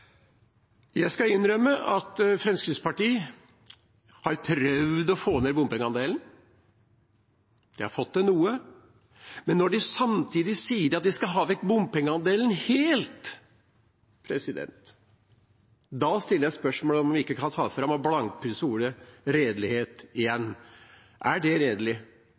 Jeg skal innrømme at Fremskrittspartiet har prøvd å få ned bompengeandelen. De har fått til noe. Men når de samtidig sier at de skal ha vekk bompengeandelen helt, stiller jeg spørsmålet om vi ikke kan ta fram og blankpusse ordet «redelighet» igjen. Er det redelig?